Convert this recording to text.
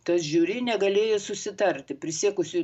tas žiuri negalėjo susitarti prisiekusiųjų